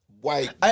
white